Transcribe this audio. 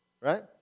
Right